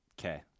Okay